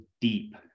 deep